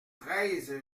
treize